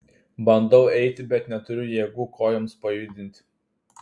bandau eiti bet neturiu jėgų kojoms pajudinti